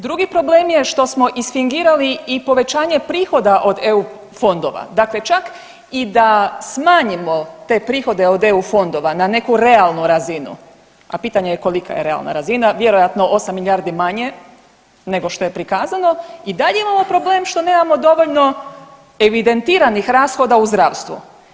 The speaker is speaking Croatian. Drugi problem je što smo isfingirali i povećanje prihoda od EU fondova, dakle, čak i da smanjimo te prihode od EU fondova na neku realnu razinu, a pitanje je kolika je realna razina, vjerojatno 8 milijardi manje nego što je prikazano, i dalje imamo problem što nemamo dovoljno evidentiranih rashoda u zdravstvu.